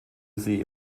sie